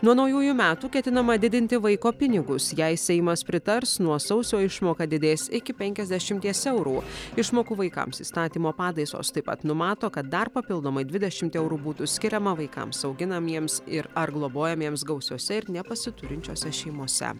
nuo naujųjų metų ketinama didinti vaiko pinigus jei seimas pritars nuo sausio išmoka didės iki penkiasdešimties eurų išmokų vaikams įstatymo pataisos taip pat numato kad dar papildomai dvidešimt eurų būtų skiriama vaikams auginamiems ir ar globojamiems gausiose ir nepasiturinčiose šeimose